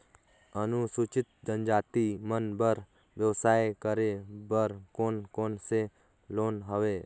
अनुसूचित जनजाति मन बर व्यवसाय करे बर कौन कौन से लोन हवे?